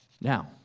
Now